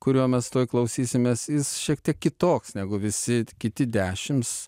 kurio mes tuoj klausysimės jis šiek tiek kitoks negu visi kiti dešims